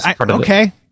okay